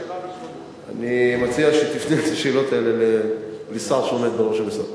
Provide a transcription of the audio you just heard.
אני מציע שתפנה את השאלות האלה לשר שעומד בראש המשרד.